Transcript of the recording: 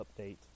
update